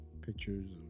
pictures